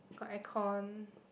got aircon